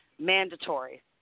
mandatory